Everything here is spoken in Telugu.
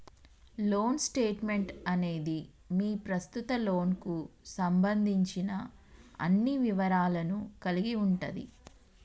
లోన్ స్టేట్మెంట్ అనేది మీ ప్రస్తుత లోన్కు సంబంధించిన అన్ని వివరాలను కలిగి ఉంటది